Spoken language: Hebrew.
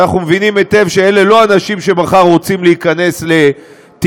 ואנחנו מבינים היטב שאלה לא אנשים שמחר רוצים להיכנס לטיפול.